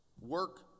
work